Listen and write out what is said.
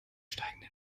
steigenden